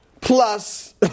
plus